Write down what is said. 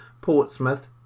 Portsmouth